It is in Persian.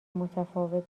متفاوت